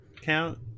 count